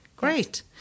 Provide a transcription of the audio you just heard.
Great